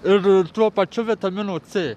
ir tuo pačiu vitamino c